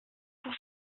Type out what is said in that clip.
pour